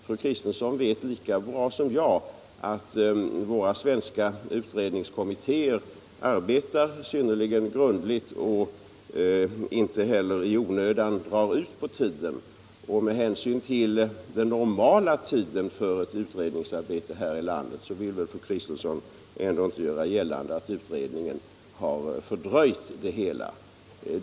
Fru Kristensson vet lika bra som jag att våra svenska utredningar arbetar synnerligen grundligt men att de inte i onödan drar ut på tiden. Och med hänsyn till den normala tiden för utredningsarbete här i landet vill väl fru Kristensson ändå inte göra gällande att denna utredning dragit ut på tiden.